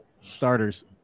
starters